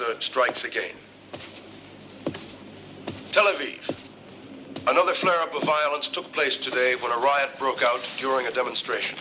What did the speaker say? stood strikes again television another flare up of violence took place today when a riot broke out during a demonstration